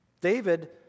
David